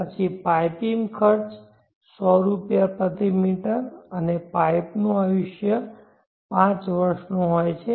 પછી પાઇપિંગ ખર્ચ 100 રૂપિયા પ્રતિ મીટર અને પાઇપનો આયુષ્ય પાંચ વર્ષનો હોય છે